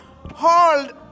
hold